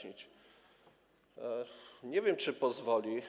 Nie wiem, czy pozwoli.